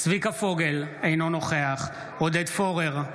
אינו נוכח עודד פורר,